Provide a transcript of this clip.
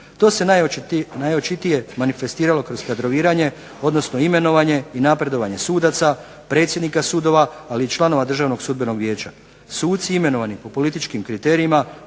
To se najočitije manifestiralo kroz kadroviranje odnosno imenovanje i napredovanje sudaca, predsjednika sudova, ali i članova Državnog sudbenog vijeća. Suci imenovani po političkim kriterijima,